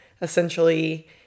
essentially